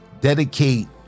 Dedicate